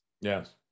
Yes